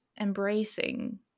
Embracing